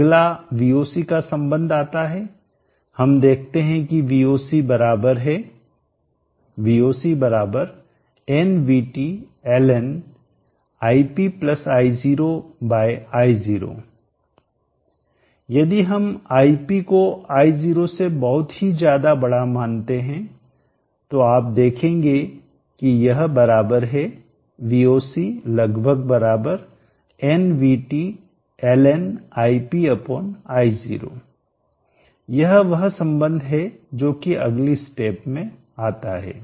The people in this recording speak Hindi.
अगला Voc का संबंध आता है हम देखते हैं कि Voc बराबर है यदि हम Ip को I0 से बहुत ही ज्यादा बड़ा मानते हैं तो आप देखेंगे कि यह बराबर है यह वह संबंध है जो कि अगली स्टेप में आता है